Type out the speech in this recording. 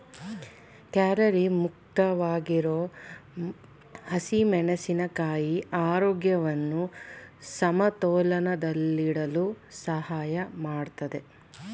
calorie ಮುಕ್ತವಾಗಿರೋ ಹಸಿಮೆಣಸಿನ ಕಾಯಿ ಆರೋಗ್ಯವನ್ನು ಸಮತೋಲನದಲ್ಲಿಡಲು ಸಹಾಯ ಮಾಡ್ತದೆ